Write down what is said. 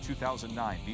2009